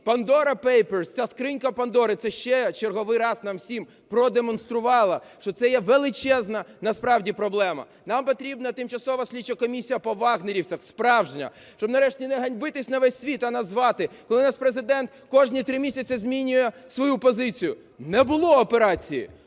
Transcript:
Pandora Papers, ця скринька Пандори, це ще черговий раз нам всім продемонструвала, що це є величезна насправді проблема. Нам потрібна тимчасова слідча комісія по "вагнерівцям" справжня, щоб нарешті не ганьбитися на весь світ, а назвати. Коли у нас Президент кожні три місяці змінює свою позицію: не було операції;